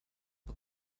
but